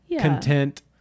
content